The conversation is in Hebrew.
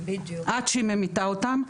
עד שהיא ממיתה אותם.